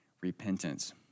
repentance